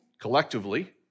collectively